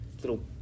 little